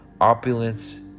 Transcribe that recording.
opulence